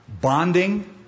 bonding